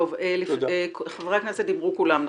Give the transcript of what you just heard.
דיברו כל חברי הכנסת.